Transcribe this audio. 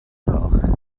gloch